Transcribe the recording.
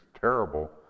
terrible